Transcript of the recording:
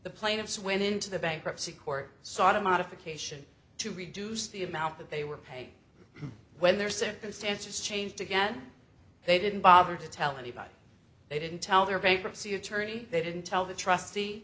the plaintiffs went into the bankruptcy court sort of modification to reduce the amount that they were paid when their circumstances changed again they didn't bother to tell anybody they didn't tell their bankruptcy attorney they didn't tell the trustee